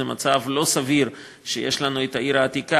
זה מצב לא סביר שיש לנו את העיר העתיקה,